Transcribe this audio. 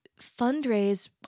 fundraise